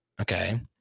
okay